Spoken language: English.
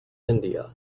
india